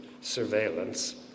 surveillance